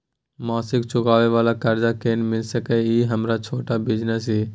मासिक चुकाबै वाला कर्ज केना मिल सकै इ हमर छोट बिजनेस इ?